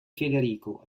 federico